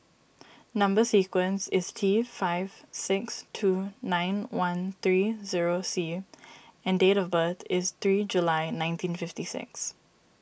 Number Sequence is T five six two nine one three zero C and date of birth is three July nineteen fifty six